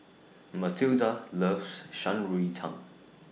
Matilda loves Shan Rui Tang